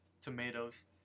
tomatoes